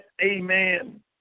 amen